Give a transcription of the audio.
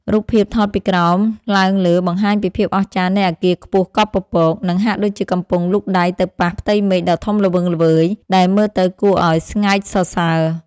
រូបភាពថតពីក្រោមឡើងលើបង្ហាញពីភាពអស្ចារ្យនៃអាគារខ្ពស់កប់ពពក និង ហាក់ដូចជាកំពុងលូកដៃទៅប៉ះផ្ទៃមេឃដ៏ធំល្វឹងល្វើយដែលមើលទៅគួរឱ្យស្ងើចសរសើរ។